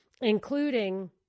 including